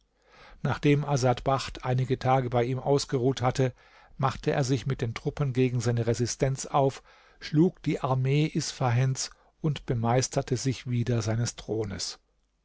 nachdem asad bacht einige tage bei ihm ausgeruht hatte machte er sich mit den truppen gegen seine residenz auf schlug die armee isfahends und bemeisterte sich wieder seines thrones